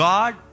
God